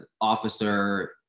officer